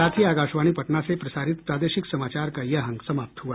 इसके साथ ही आकाशवाणी पटना से प्रसारित प्रादेशिक समाचार का ये अंक समाप्त हुआ